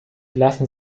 lassen